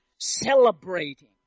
celebrating